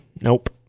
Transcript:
nope